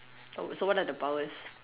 oh so what are the powers